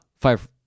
five